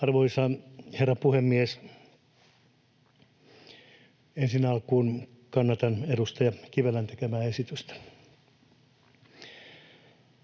Arvoisa herra puhemies! Ensi alkuun kannatan edustaja Kivelän tekemää esitystä.